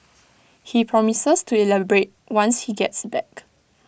he promises to elaborate once he gets back